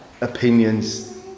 opinions